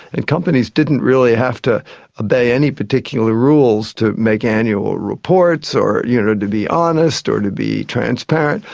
and companies didn't really have to obey any particular rules to make annual reports or you know to be honest honest or to be transparent.